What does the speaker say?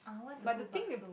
but the thing it